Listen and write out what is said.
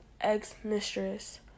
ex-mistress